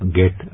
get